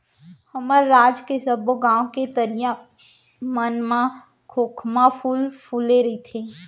हमर राज के सबो गॉंव के तरिया मन म खोखमा फूले रइथे